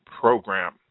program